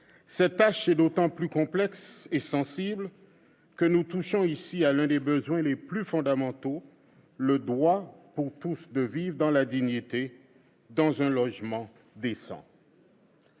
Cette tâche est d'autant plus complexe et sensible que nous touchons en l'espèce à l'un des besoins les plus fondamentaux : le droit de chacun de vivre dignement dans un logement décent.